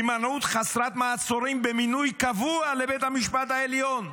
הימנעות חסרת מעצורים במינוי קבוע לבית המשפט העליון.